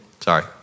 sorry